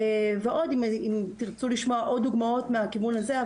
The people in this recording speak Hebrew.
ועוד, אם תרצו לשמוע עוד דוגמאות מהכיוון הזה.